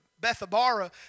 Bethabara